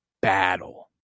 battle